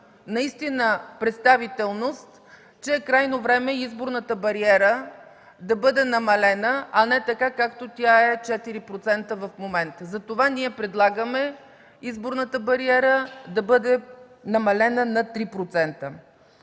наистина представителност, считаме, че е крайно време изборната бариера да бъде намалена, а не както е 4% в момента. Затова ние предлагаме изборната бариера да бъде намалена на 3%.